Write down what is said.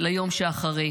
ליום שאחרי.